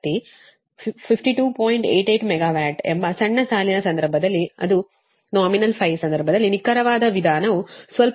88 megawatt ಎಂಬ ಸಣ್ಣ ಸಾಲಿನ ಸಂದರ್ಭದಲ್ಲಿ ಆದರೆ ನಾಮಿನಲ್ ಸಂದರ್ಭದಲ್ಲಿ ನಿಖರವಾದ ವಿಧಾನವು ಸ್ವಲ್ಪ ಕಡಿಮೆ 52